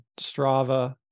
Strava